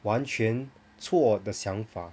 完全错的想法